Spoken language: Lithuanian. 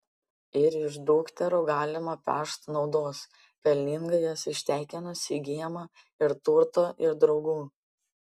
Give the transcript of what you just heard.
ir iš dukterų galima pešt naudos pelningai jas ištekinus įgyjama ir turto ir draugų